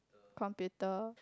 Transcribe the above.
computer